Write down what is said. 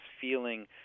feeling